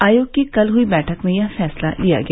आयोग की कल हुई बैठक में यह फैसला लिया गया